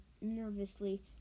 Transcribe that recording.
nervously